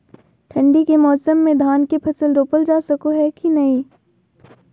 ठंडी के मौसम में धान के फसल रोपल जा सको है कि नय?